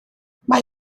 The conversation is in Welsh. mae